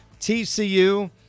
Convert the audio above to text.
TCU